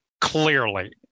clearly